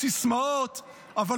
40 בעד ההצעה להסיר מסדר-היום את הצעת